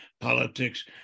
politics